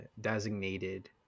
designated